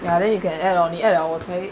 ya then you can add on it add 我才会